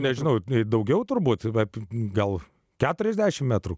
nežinau daugiau turbūt bet gal keturiasdešimt metrų